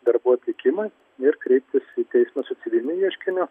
darbų atlikimas ir kreiptis į teismą su civiliniu ieškiniu